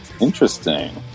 interesting